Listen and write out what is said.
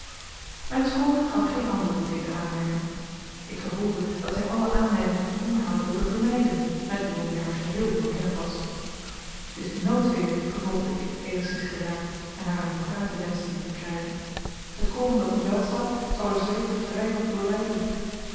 mijn schoone gaf geen antwoord op deze aanmerking ik gevoelde dat zij alle aanleiding tot een onderhoud wilde vermijden met iemand die haar geheel onbekend was t is noodweer vervolgde ik eenigszins geraakt en haar aan t praten wenschende te krijgen het koren dat te veld staat zal er zeker vrij wat door lijden